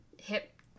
hip